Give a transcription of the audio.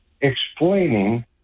explaining